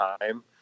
time